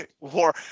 War